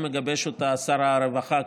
מגבש אותה שר החקלאות,